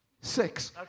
Six